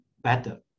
better